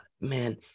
Man